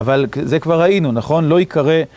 אבל זה כבר ראינו, נכון? לא ייקרה.